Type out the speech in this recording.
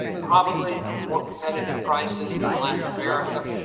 probably more competitive prices, in latin america,